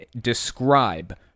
describe